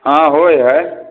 हाँ होइ हय